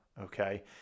okay